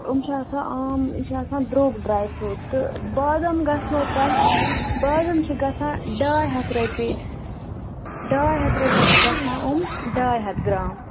تِم چھِ آسان عام یہِ چھُ آسان درٛوٚگ ڈرےٛ فروٗٹ تہٕ بادم گَژھنو تۄہہِ بادام چِھِ گژھان ڈاےٛ ہتھ رۄپیہِ ڈاےٛ ہتھ رۄپیہِ چھِ گژھان تِم ڈاےٛ ہتھ گرام